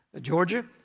Georgia